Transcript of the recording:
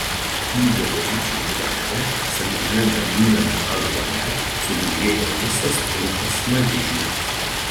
į voveryčių drevę sename galingame ąžuole sugužėjo visas pulkas smaližių